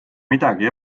midagi